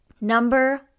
Number